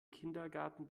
kindergarten